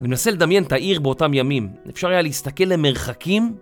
ומנסה לדמיין את העיר באותם ימים, אפשר היה להסתכל למרחקים?